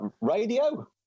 Radio